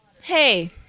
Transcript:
hey